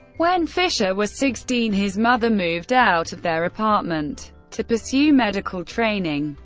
when fischer was sixteen, his mother moved out of their apartment to pursue medical training.